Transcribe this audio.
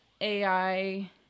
AI